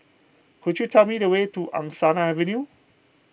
could you tell me the way to Angsana Avenue